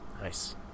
nice